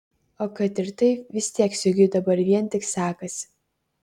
o kad ir taip vis tiek sigiui dabar vien tik sekasi